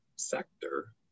sector